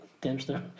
Dempster